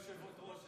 גברתי היושבת-ראש,